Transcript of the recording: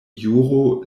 juro